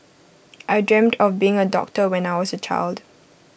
I dreamt of becoming A doctor when I was A child